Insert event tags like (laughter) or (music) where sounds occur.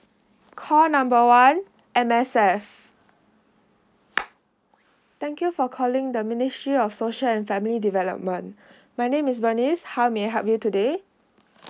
call number one M_S_F thank you for calling the ministry of social and family development (breath) my name is Bernice how may I help you today